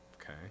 okay